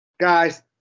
Guys